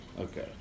Okay